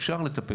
אפשר לטפל.